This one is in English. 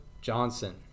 Johnson